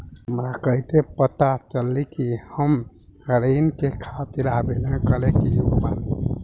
हमरा कइसे पता चली कि हम ऋण के खातिर आवेदन करे के योग्य बानी?